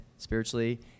spiritually